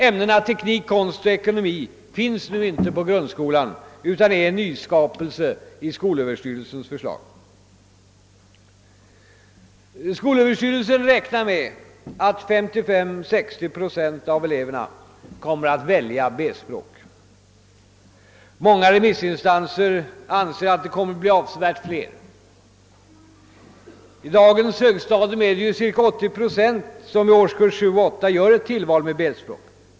Ämnena teknik, konst och ekonomi finns inte nu i grundskolan utan är en nyskapelse i skolöverstyrelsens förslag. Skolöverstyrelsen räknar med att 55—560 procent av eleverna kommer att välja B-språk; många remissinstanser anser att det kommer att bli avsevärt fler. I dagens högstadium gör cirka 80 procent i årskurserna 7 och 8 tillval av B-språk.